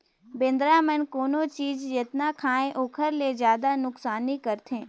बेंदरा मन कोनो चीज जेतना खायें ओखर ले जादा नुकसानी करथे